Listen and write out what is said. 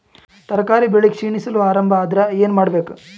ತರಕಾರಿ ಬೆಳಿ ಕ್ಷೀಣಿಸಲು ಆರಂಭ ಆದ್ರ ಏನ ಮಾಡಬೇಕು?